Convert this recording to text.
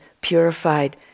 purified